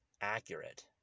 accurate